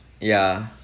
ya